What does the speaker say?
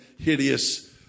hideous